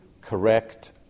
correct